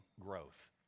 growth